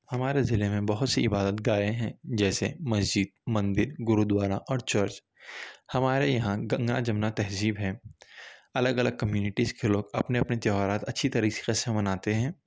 ہمارے ضلعے میں بہت سی عبادت گاہیں ہیں جیسے مسجد مندر گرودوارا اور چرچ ہمارے یہاں گنگا جمنا تہذیب ہے الگ الگ کمیونٹیز کے لوگ اپنے اپنے تہوارات اچھی طریقے سے مناتے ہیں